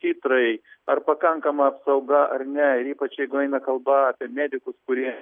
titrai ar pakankama apsauga ar ne ypač jeigu eina kalba apie medikus kurie